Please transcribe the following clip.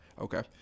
Okay